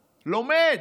לומד.